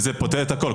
זה פותר הכול,